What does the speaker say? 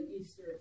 Easter